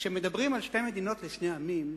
כשמדברים על שתי מדינות לשני עמים,